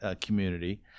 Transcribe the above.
community